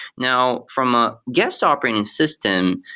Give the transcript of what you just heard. now, from a guest operating system,